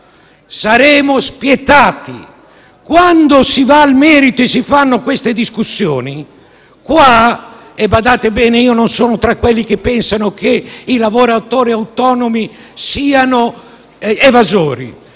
cosa succede quando si va al merito e si fanno queste discussioni? Badate bene, io non sono tra quelli che pensano che i lavoratori autonomi siano evasori,